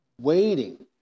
waiting